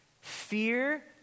Fear